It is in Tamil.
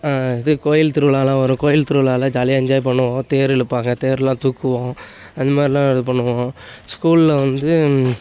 இது கோயில் திருவிழாலாம் வரும் கோயில் திருவிழாலாம் ஜாலியாக என்ஜாய் பண்ணுவோம் தேரு இழுப்பாங்க தேருலாம் தூக்குவோம் அந்த மாதிரிலாம் இது பண்ணுவோம் ஸ்கூலில் வந்து